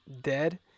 dead